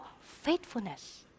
faithfulness